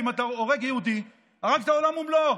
כי אם אתה הורג יהודי הרגת עולם ומלואו,